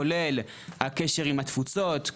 כולל הקשר עם התפוצות,